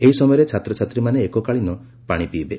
ଏହି ସମୟରେ ଛାତ୍ରଛାତ୍ରୀମାନେ ଏକକାଳୀନ ପାଶି ପିଇବେ